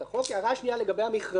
הערה שנייה לגבי המכרזים,